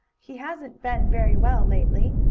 he hasn't been very well, lately,